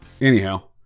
Anyhow